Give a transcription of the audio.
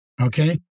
Okay